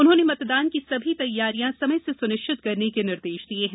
उन्होंने मतदान की समी तैयारियां समय से सुनिश्चित करने के निर्देश दिये हैं